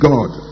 God